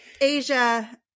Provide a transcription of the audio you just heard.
Asia